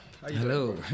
hello